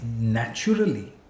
naturally